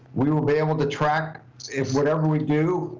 we will be able to track if whatever we do,